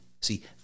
See